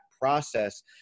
process